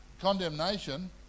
condemnation